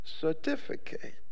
certificate